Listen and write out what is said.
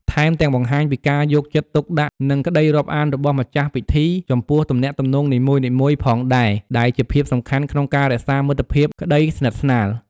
ថែមទាំងបង្ហាញពីការយកចិត្តទុកដាក់ និងក្តីរាប់អានរបស់ម្ចាស់ពិធីចំពោះទំនាក់ទំនងនីមួយៗផងដែរ ដែលជាភាពសំខាន់ក្នុងការរក្សាមិត្តភាព ក្តីស្និទ្ធស្នាល ។